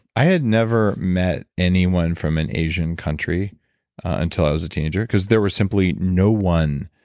i had never met anyone from an asian country until i was a teenager, because there was simply no one.